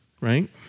right